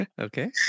Okay